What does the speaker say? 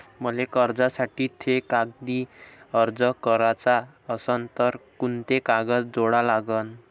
मले कर्जासाठी थे कागदी अर्ज कराचा असन तर कुंते कागद जोडा लागन?